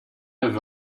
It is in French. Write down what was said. neuf